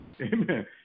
Amen